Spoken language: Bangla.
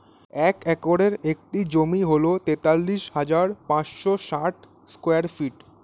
এক একরের একটি জমি হল তেতাল্লিশ হাজার পাঁচশ ষাট স্কয়ার ফিট